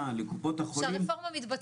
לקופות החולים עברו בצורה --- שהרפורמה מתבצעת.